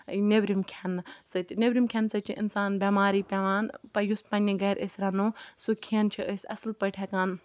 نیٚبرِم کھیٚنہٕ سۭتۍ نیٚبرِم کھیٚنہٕ سۭتۍ چھُ اِنسان بیٚمارٕے پیٚوان یُس پَننہِ گَرِ أسۍ رَنَو سُہ کھیٚن چھِ أسۍ اَصل پٲٹھۍ ہیٚکان